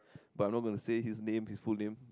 but not going to say his name his full name